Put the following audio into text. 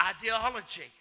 ideology